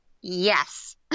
Yes